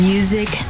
Music